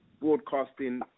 broadcasting